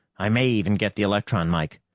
i may even get the electron mike.